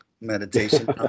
meditation